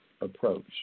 approach